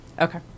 Okay